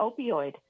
opioid